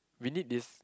we need this